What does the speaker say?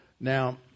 Now